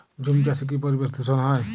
ঝুম চাষে কি পরিবেশ দূষন হয়?